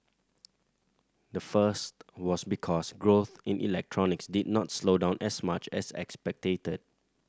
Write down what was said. the first was because growth in electronics did not slow down as much as expected